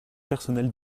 personnelle